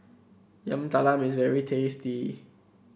Yam Talam is very tasty